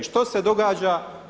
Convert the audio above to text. I što se događa?